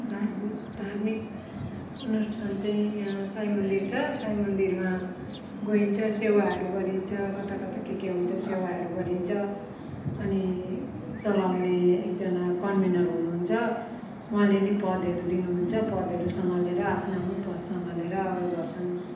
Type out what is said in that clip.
धार्मिक धार्मिक चाहिँ यहाँ साई मन्दिर छ साई मन्दिरमा गइन्छ सेवाहरू गरिन्छ कता कता के के हुन्छ सेवाहरू गरिन्छ अनि चलाउने एकजना कन्भेनर हुनुहुन्छ उहाँले नै पदहरू दिनुहुन्छ पदहरू समालेर आफ्नो आफ्नो पद सम्हालेर उयो गर्छन्